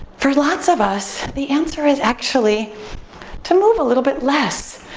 for lots of us the answer is actually to move a little bit less,